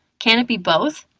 can it be both?